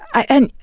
and,